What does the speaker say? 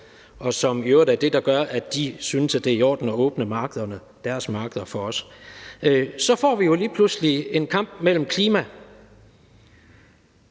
og som i øvrigt er det, der gør, at de synes, at det er i orden at åbne markederne, deres markeder, for os, får vi jo lige pludselig en kamp mellem klima